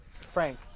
Frank